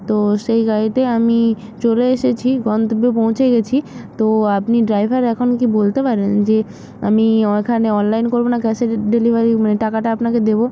তো সেই গাড়িতে আমি চলে এসেছি গন্তব্যে পৌঁছে গেছি তো আপনি ড্রাইভার এখন কি বলতে পারেন যে আমি ওইখানে অনলাইন করবো না ক্যাশে ডেলিভারি টাকাটা আপনাকে দেবো